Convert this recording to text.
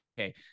okay